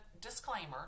disclaimer